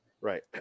Right